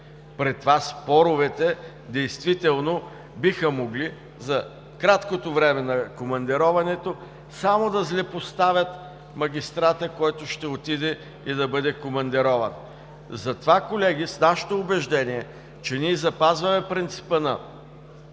При това споровете действително биха могли за краткото време на командироването само да злепоставят магистрата, който ще отиде и да бъде командирован. Затова, колеги, с нашето убеждение, че ние запазваме принципа на